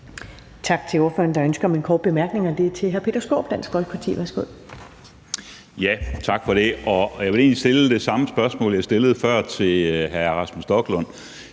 Tak til ordføreren. Der er ønske om en kort bemærkning, og den er til hr. Peter Skaarup, Dansk Folkeparti. Værsgo. Kl. 10:17 Peter Skaarup (DF): Tak for det. Jeg vil egentlig stille det samme spørgsmål, som jeg stillede før, til hr. Rasmus Stoklund.